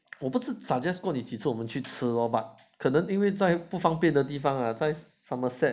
我不吃 suggest 过你我们去吃咯 but 可能是在不方便的地方啊在 somerset